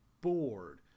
bored